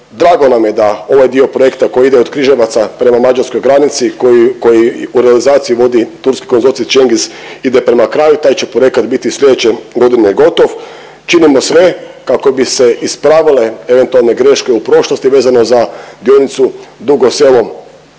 Drago nam je da ovaj dio projekta koji ide od Križevaca prema mađarskoj granici koji, koji u realizaciju vodi turski konzorcij Cengiz, ide prema kraju, taj će projekat biti slijedeće godine gotov. Činimo sve kako bi se ispravile eventualne greške u prošlosti vezano za dionicu Dugo Selo